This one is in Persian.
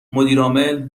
مدیرعامل